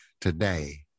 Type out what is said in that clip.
Today